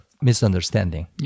misunderstanding